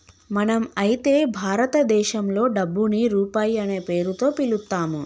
మనం అయితే భారతదేశంలో డబ్బుని రూపాయి అనే పేరుతో పిలుత్తాము